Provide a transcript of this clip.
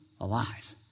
alive